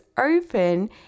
open